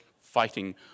fighting